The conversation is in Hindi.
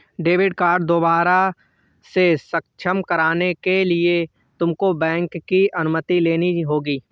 डेबिट कार्ड दोबारा से सक्षम कराने के लिए तुमको बैंक की अनुमति लेनी होगी